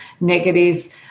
negative